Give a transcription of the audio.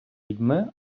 людьми